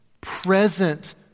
present